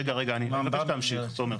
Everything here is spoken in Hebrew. רגע, רגע, אני מבקש להמשיך תומר.